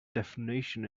definition